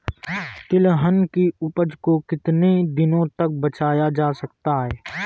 तिलहन की उपज को कितनी दिनों तक बचाया जा सकता है?